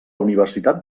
universitat